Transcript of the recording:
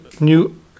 new